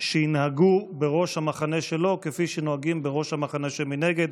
שינהגו בראש המחנה שלהם כפי שנוהגים בראש המחנה שמנגד.